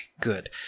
good